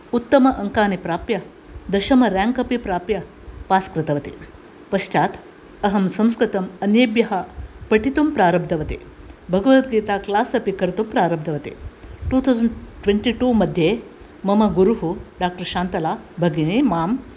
उत्तम अङ्कानि प्राप्य दशम रेङ्क् अपि प्राप्य पास् कृतवती पश्चात् अहं संस्कृतम् अन्येभ्यः पठितुं प्रारब्धवती भगवद्गीता क्लास् अपि कर्तुं प्रारब्धवती टु तौसेण्ड् ट्वेण्टि टु मध्ये मम गुरुः डाक्टर् शान्तलाभगिनी मां